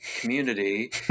community